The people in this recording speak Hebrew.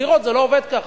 בדירות זה לא עובד כך.